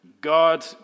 God